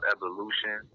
Evolution